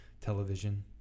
television